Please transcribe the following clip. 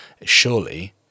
surely